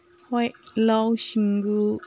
ꯍꯣꯏ ꯂꯧꯁꯤꯡꯕꯨ